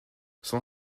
son